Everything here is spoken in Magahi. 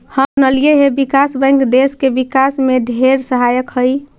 हम सुनलिअई हे विकास बैंक देस के विकास में ढेर सहायक हई